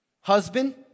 Husband